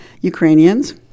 Ukrainians